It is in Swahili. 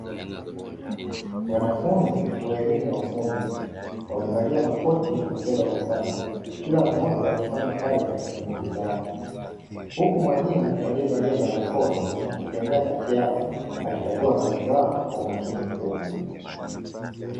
Wanafunzi wa elimu ya ufundi, wamevalia makoti wakiwa darasani, kila mmoja akifanya kazi kwenye kompyuta yake. Huku mwalimu alievalia barakoa akitembea kati yao, akikagua kazi zao kwa umakini mkubwa.